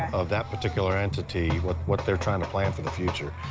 of that particular entity, what what they're trying to plan for the future.